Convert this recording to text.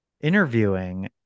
interviewing